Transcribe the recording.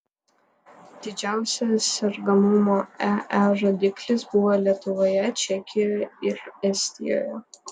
didžiausias sergamumo ee rodiklis buvo lietuvoje čekijoje ir estijoje